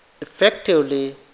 effectively